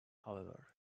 however